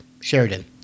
Sheridan